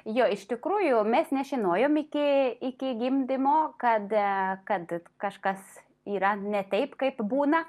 jo iš tikrųjų mes nežinojom iki iki gimdymo kad kad kažkas yra ne taip kaip būna